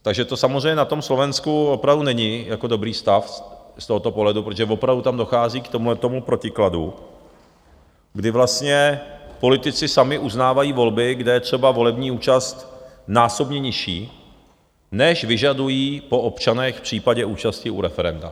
Takže to samozřejmě na tom Slovensku opravdu není jako dobrý stav z tohoto pohledu, protože opravdu tam dochází k tomuhle protikladu, kdy vlastně politici sami uznávají volby, kde je třeba volební účast násobně nižší, než vyžadují po občanech v případě účasti u referenda.